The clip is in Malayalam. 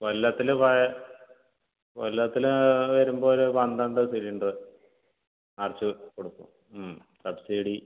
കൊല്ലത്തിൽ വ കൊല്ലത്തിൽ വരുമ്പോൾ ഒരു പന്ത്രണ്ട് സിലിണ്ടർ നിറച്ചുകൊടുക്കും ഉം സബ്സിഡി